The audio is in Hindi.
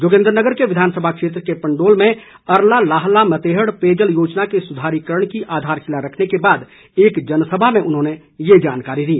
जोगिन्द्रनगर के विधानसभा क्षेत्र के पंडोल में अरला लाहला मतेहड़ पेयजल योजना के सुधारीकरण की आधारशिला रखने के बाद एक जनसभा में उन्होंने ये जानकारी दी